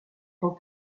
tant